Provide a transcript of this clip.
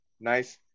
nice